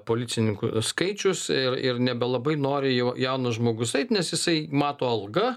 policininkų skaičius ir ir nebelabai nori jau jaunas žmogus eit nes jisai mato algą